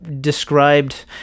described